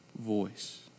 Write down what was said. voice